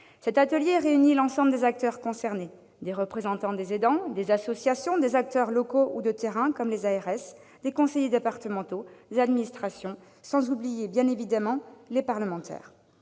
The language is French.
Cet atelier réunit l'ensemble des acteurs concernés : des représentants des aidants, des associations, des acteurs locaux ou de terrain, comme les agences régionales de santé, les ARS, des conseillers départementaux, des administrations, sans oublier, bien évidemment, les parlementaires.